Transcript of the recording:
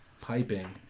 Piping